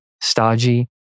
stodgy